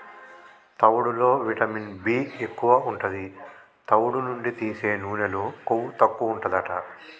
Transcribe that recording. తవుడులో vitamin B ఎక్కువు ఉంటది, తవుడు నుండి తీసే నూనెలో కొవ్వు తక్కువుంటదట